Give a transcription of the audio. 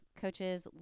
coaches